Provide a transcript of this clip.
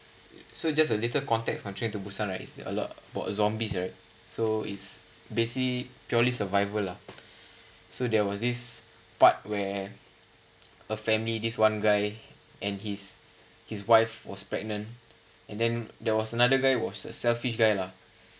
so just a little context from train to busan is a lot zombies right so is basically purely survival lah so there was this part where a family this one guy and his his wife was pregnant and then there was another guy was a selfish guy lah